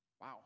Wow